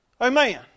Amen